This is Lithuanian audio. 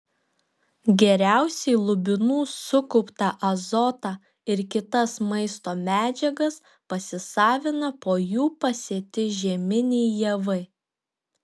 geriausiai lubinų sukauptą azotą ir kitas maisto medžiagas pasisavina po jų pasėti žieminiai javai